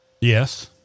Yes